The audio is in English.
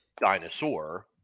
dinosaur